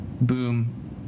boom